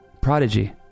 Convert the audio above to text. Prodigy